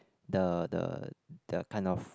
the the the kind of